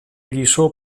lliçó